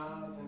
love